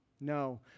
No